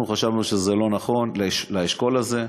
אנחנו חשבנו שזה לא נכון לאשכול הזה,